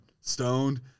stoned